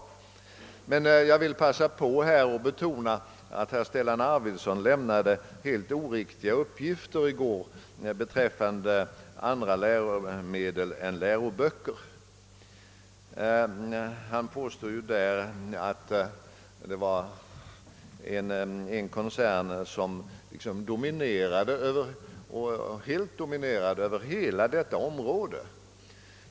Jag vill emellertid passa på att här betona att herr Arvidson i går lämnade helt oriktiga uppgifter när det gäller andra läromedel än läroböcker. Han påstod att en koncern helt dominerade över hela fältet.